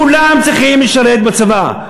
כולם צריכים לשרת בצבא.